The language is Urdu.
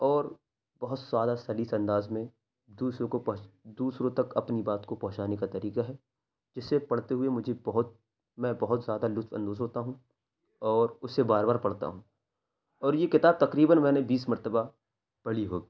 اور بہت سادہ سلیس انداز میں دوسروں کو پہنچ دوسروں تک اپنی بات کو پہنچانے کا طریقہ ہے جسے پڑھتے ہوئے مجھے بہت میں بہت زیادہ لطف اندوز ہوتا ہوں اور اسے بار بار پڑھتا ہوں اور یہ کتاب تقریباً میں نے بیس مرتبہ پڑھی ہو